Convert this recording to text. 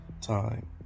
time